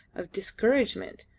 of discouragement,